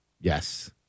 Yes